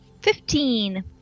Fifteen